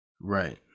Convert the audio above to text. right